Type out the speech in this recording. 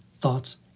thoughts